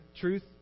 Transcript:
truth